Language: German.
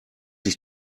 ich